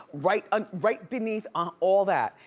right ah right beneath ah all that.